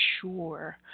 sure